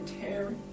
Terry